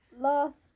Last